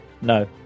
no